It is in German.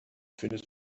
findest